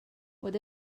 what